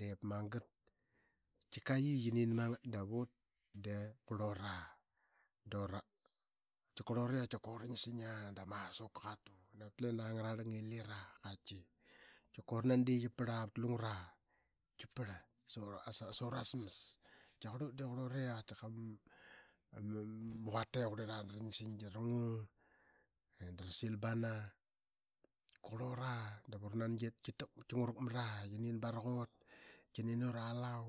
Diip magat da qatika qi, qi nin aa suqur ut aa. Tika qurlut i uransingia dama asuka qa tu navat lina ngararlang i lira. Tita ura nan dii qi qiparl qa baraqut sa ura smqs. Qatkia qarl ut di qurl ut i ama quata i qurlira da i ransing da ura ngung da rasil bana. Qurls ura da qititka. a ngarlnangi qia ngurak mat baraqura qi nin ura lau.